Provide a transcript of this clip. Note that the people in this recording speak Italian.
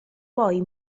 poi